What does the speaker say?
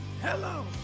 hello